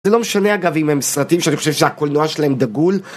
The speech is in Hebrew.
זה לא משנה, אגב, אם הם סרטים שאני חושב שהקולנוע שלהם דגול.